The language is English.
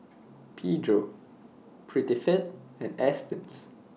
Pedro Prettyfit and Astons